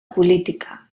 política